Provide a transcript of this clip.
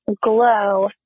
glow